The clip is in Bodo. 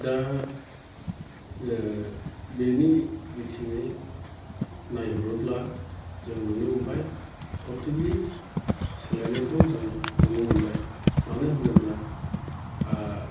दा बिनि बिथिङै नायहरोब्ला जों नुनो मोनबाय टटेलि सोलायनायखौ जों नुनो मोनबाय मानो होनोब्ला